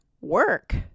work